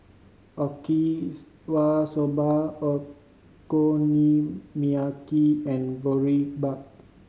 Okinawa Soba Okonomiyaki and Boribap